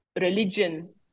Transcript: religion